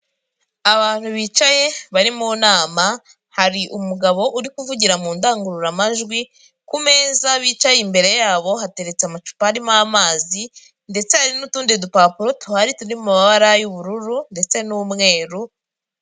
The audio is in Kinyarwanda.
Abantu bicaye bari mu nama, hari umugabo uri kuvugira mu ndangururamajwi, ku meza bicaye imbere yabo hateretse amacupa arimo amazi ndetse hari n'utundi dupapuro tuhari turi mu mabara y'ubururu ndetse n'umweru.